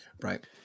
right